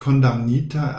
kondamnita